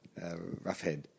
Roughhead